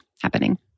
happening